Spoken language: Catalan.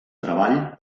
treball